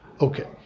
Okay